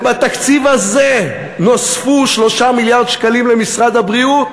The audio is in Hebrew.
ובתקציב הזה נוספו 3 מיליארד שקלים למשרד הבריאות,